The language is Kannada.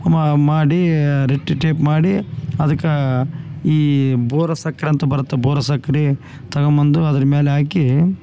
ಮ ಮಾಡಿ ರೆಟ್ಟಿಟಿಪ್ ಮಾಡಿ ಅದಕ್ಕ ಈ ಬೋರೋ ಸಕ್ಕರೆ ಅಂತ ಬರುತ್ತೆ ಬೋರೋ ಸಕ್ಕರೆ ತಗೋಬಂದು ಅದ್ರ ಮೇಲೆ ಹಾಕಿ